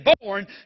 born